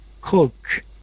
cook